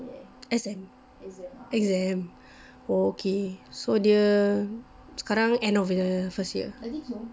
exam exam ah okay so dia sekarang end of the first year